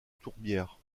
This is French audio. tourbière